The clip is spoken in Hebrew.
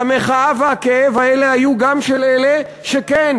והמחאה והכאב האלה היו גם של אלה שכן,